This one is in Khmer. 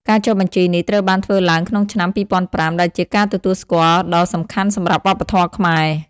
ការចុះបញ្ជីនេះត្រូវបានធ្វើឡើងក្នុងឆ្នាំ ២០០៥ ដែលជាការទទួលស្គាល់ដ៏សំខាន់សម្រាប់វប្បធម៌ខ្មែរ។